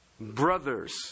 brothers